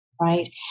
right